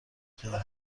خیابون